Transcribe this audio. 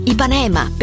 Ipanema